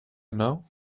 know